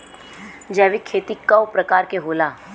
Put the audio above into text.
जैविक खेती कव प्रकार के होला?